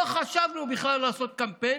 לא חשבנו בכלל לעשות קמפיין.